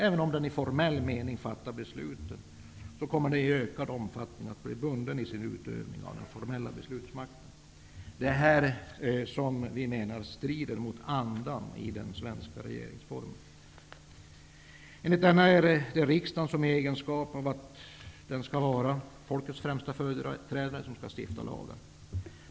Även om den i formell mening fattar besluten, kommer den att i ökad omfattning bli bunden i sin utövning av den formella beslutsmakten. Det är detta som vi menar strider mot andan i den svenska regeringsformen. Enligt denna är det riksdagen som, i egenskap av folkets främsta företrädare, skall stifta lagar.